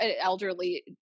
elderly